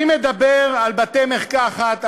אני מדבר על בתי-מרקחת,